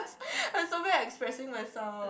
I'm so bad at expressing myself